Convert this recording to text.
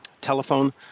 Telephone